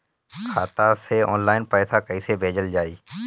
खाता से ऑनलाइन पैसा कईसे भेजल जाई?